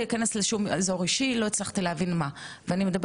ואני מדברת על בן אדם שרואה את העברית